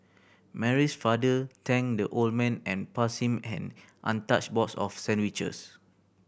Mary's father thanked the old man and passed him an untouched box of sandwiches